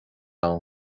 ann